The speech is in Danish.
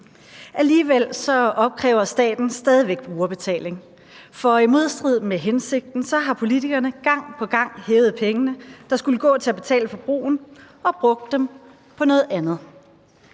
Alligevel opkræver staten stadig væk brugerbetaling, for i modstrid med hensigten har politikerne gang på gang hævet pengene, der skulle gå til at betale for broen, og brugt dem på noget andet.